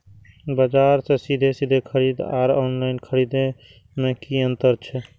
बजार से सीधे सीधे खरीद आर ऑनलाइन खरीद में की अंतर छै?